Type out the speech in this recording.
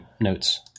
notes